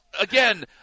again